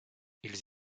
ils